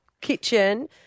kitchen